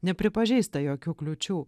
nepripažįsta jokių kliūčių